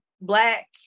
black